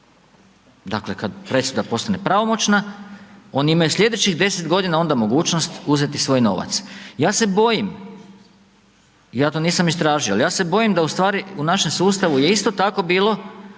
dakle kad presuda postane pravomoćna oni imaju slijedeći 10 godina onda mogućnost uzeti svoj novac. Ja se bojim, ja to nisam istražio, ali ja se bojim da u stvari u našem je isto tako bilo